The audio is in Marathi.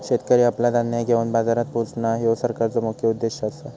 शेतकरी आपला धान्य घेवन बाजारात पोचणां, ह्यो सरकारचो मुख्य उद्देश आसा